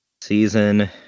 season